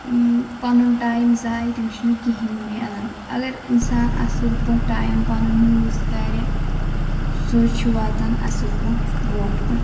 پَنُن ٹایِم ضایہِ تٔمِس چھُنہٕ کِہیٖنۍ میلان اگر اِنسان اصٕل پٲٹھۍ ٹایِم پَنُن یوٗز کَرِ سُے چھُ واتان اصٕل پٲٹھۍ برٛونٛٹھ کُن